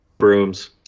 brooms